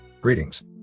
Greetings